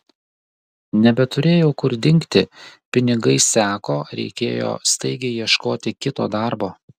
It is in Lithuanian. nebeturėjau kur dingti pinigai seko reikėjo staigiai ieškoti kito darbo